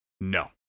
No